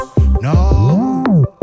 No